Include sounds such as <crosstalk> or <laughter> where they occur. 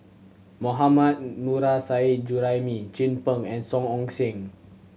Mohammad <unintelligible> Nurrasyid Juraimi Chin Peng and Song Ong Siang